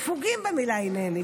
ספוגים במילה "הינני".